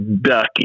ducky